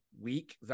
week